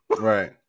right